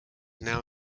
now